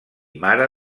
mare